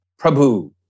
Prabhu